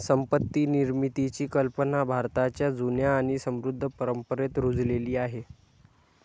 संपत्ती निर्मितीची कल्पना भारताच्या जुन्या आणि समृद्ध परंपरेत रुजलेली आहे